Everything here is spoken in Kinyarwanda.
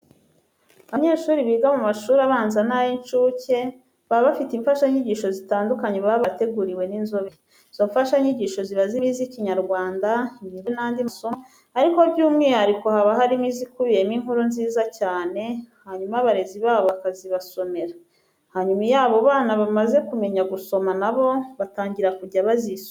Abanyeshuri biga mu mashuri abanza n'ay'incuke baba bafite imfashanyigisho zitandukanye baba barateguriwe n'inzobere. Izo mfashanyigisho ziba zirimo iz'Ikinyarwanda, imibare, n'andi masomo ariko by'umwihariko haba harimo izikubiyemo inkuru nziza cyane, hanyuma abarezi babo bakazibasomera. Hanyuma iyo abo bana bamaze kumenya gusoma na bo batangira kujya bazisomera.